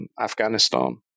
Afghanistan